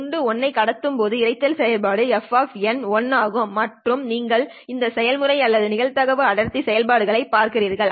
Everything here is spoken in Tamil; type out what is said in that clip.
துண்டு 1 ஐ கடத்தும் போது இரைச்சல் செயல்பாடு f ஆகும் மற்றும் நீங்கள் இந்த செயல்முறை அல்லது நிகழ்தகவு அடர்த்தி செயல்பாடுகளைப் பார்க்கிறீர்கள்